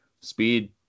speed